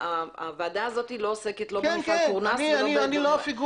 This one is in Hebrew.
הוועדה הזאת לא עוסקת במפעל קורנס אלא היא עוסקת